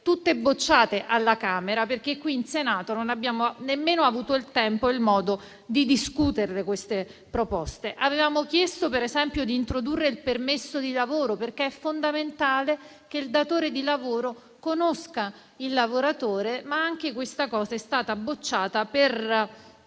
bocciate alla Camera, perché qui in Senato non abbiamo nemmeno avuto il tempo e il modo di discuterle. Avevamo chiesto, per esempio, di introdurre il permesso di lavoro, perché è fondamentale che il datore di lavoro conosca il lavoratore, ma anche questa proposta è stata bocciata per